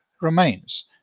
remains